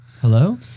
Hello